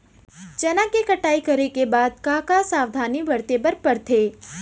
चना के कटाई करे के बाद का का सावधानी बरते बर परथे?